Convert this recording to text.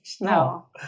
No